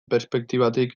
perspektibatik